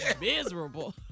Miserable